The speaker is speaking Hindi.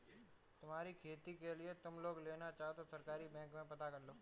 तुम्हारी खेती के लिए तुम लोन लेना चाहो तो सहकारी बैंक में पता करलो